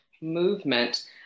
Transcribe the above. movement